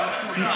לא על כולן,